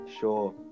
Sure